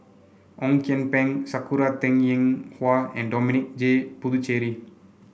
Ong Kian Peng Sakura Teng Ying Hua and Dominic J Puthucheary